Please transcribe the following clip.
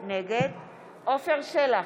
עפר שלח,